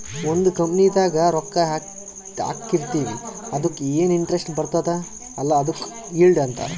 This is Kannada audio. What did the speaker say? ಒಂದ್ ಕಂಪನಿದಾಗ್ ರೊಕ್ಕಾ ಹಾಕಿರ್ತಿವ್ ಅದುಕ್ಕ ಎನ್ ಇಂಟ್ರೆಸ್ಟ್ ಬರ್ತುದ್ ಅಲ್ಲಾ ಅದುಕ್ ಈಲ್ಡ್ ಅಂತಾರ್